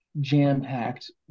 jam-packed